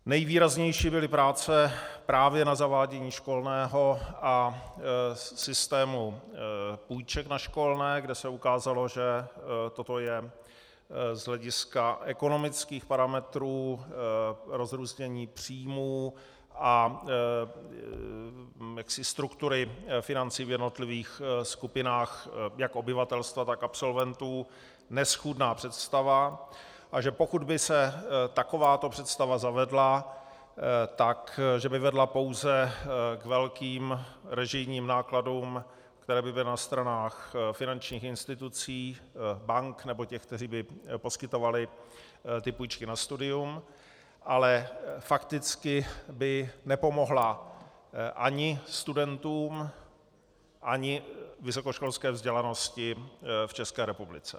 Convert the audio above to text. Nejvýraznější byly práce právě na zavádění školného a systému půjček na školné, kde se ukázalo, že toto je z hlediska ekonomických parametrů rozrůznění příjmů a struktury financí v jednotlivých skupinách jak obyvatelstva, tak absolventů, neschůdná představa, a že pokud by se takováto představa zavedla, tak že by vedla pouze k velkým režijním nákladům, které by byly na stranách finančních institucí, bank nebo těch, kteří by poskytovali půjčky na studium, ale fakticky by nepomohla ani studentům ani vysokoškolské vzdělanosti v České republice.